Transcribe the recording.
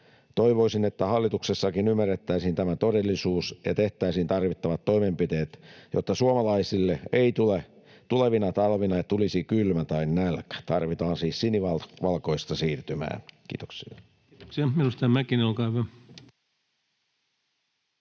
Toivoisin, että hallituksessakin ymmärrettäisiin tämä todellisuus ja tehtäisiin tarvittavat toimenpiteet, jotta suomalaisille ei tulevina talvina tulisi kylmä tai nälkä. Tarvitaan siis sinivalkovalkoista siirtymää. — Kiitoksia. [Speech 105] Speaker: